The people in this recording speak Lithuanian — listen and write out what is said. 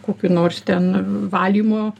kokių nors ten valymo